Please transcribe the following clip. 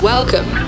Welcome